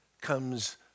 comes